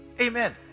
amen